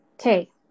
Okay